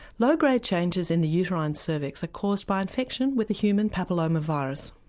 low grade changes in the uterine cervix are caused by infection with the human papilloma virus.